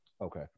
Okay